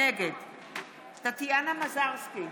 נגד טטיאנה מזרסקי,